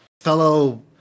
fellow